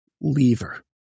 lever